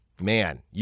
man